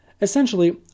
Essentially